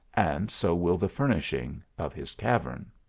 and so will the furnishing of his cavern.